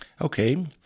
Okay